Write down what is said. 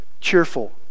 cheerful